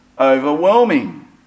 Overwhelming